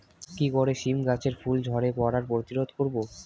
কি করে সীম গাছের ফুল ঝরে পড়া প্রতিরোধ করব?